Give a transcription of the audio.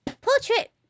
portrait